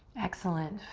excellent.